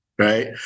Right